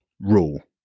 rule